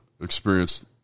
experience